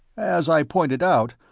as i pointed out,